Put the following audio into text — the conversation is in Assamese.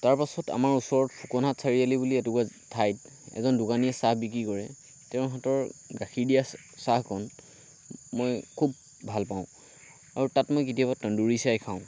তাৰ পাছত আমাৰ ওচৰত ফুকনহাট চাৰিআালি বুলি এটুকৰা ঠাইত এজন দোকানীয়ে চাহ বিক্ৰী কৰে তেওঁৰ হাতৰ গাখীৰ দিয়া চাহকণ মই খুব ভাল পাওঁ আৰু তাত মই কেতিয়াবা টন্দুৰী চাহ খাওঁ